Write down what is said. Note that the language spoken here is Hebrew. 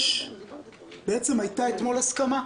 בעצם הייתה אתמול הסכמה.